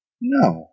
No